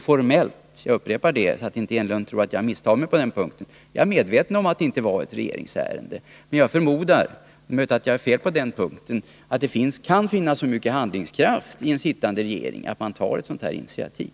Formellt — jag upprepar det, så att Eric Enlund inte tror att jag misstar mig på den punkten — är jag medveten om att det inte var ett regeringsärende. Jag förmodar — men det är möjligt att jag har fel på den punkten — att det kan finnas så mycket handlingskraft i den sittande regeringen att man tar ett sådant här initiativ.